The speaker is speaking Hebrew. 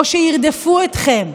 או שירדפו אתכם.